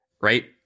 right